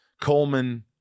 Coleman